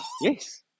Yes